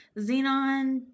Xenon